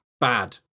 Bad